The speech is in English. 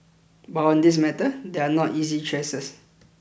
but on this matter there are not easy choices